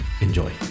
Enjoy